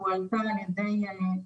נושא מאוד חשוב,